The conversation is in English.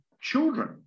children